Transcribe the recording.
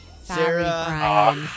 Sarah